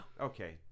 Okay